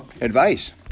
advice